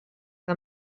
que